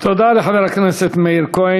תודה לחבר הכנסת מאיר כהן.